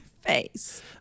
face